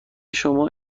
شما